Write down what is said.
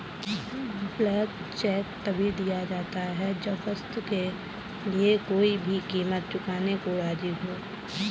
blank cheque तभी दिया जाता है जब वस्तु के लिए कोई भी कीमत चुकाने को राज़ी हो